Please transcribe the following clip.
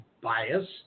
bias